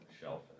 shelf